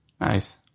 Nice